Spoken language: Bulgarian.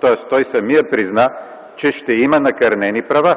Тоест той самият призна, че ще има накърнени права.